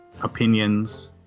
opinions